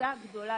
תודה גדולה